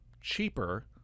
cheaper